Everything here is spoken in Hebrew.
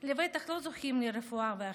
ולבטח לא זוכים לרפואה והחלמה.